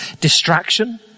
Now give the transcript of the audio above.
Distraction